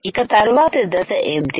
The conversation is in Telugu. ఇక తర్వాత దశ ఏంటి